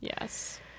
Yes